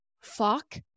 fuck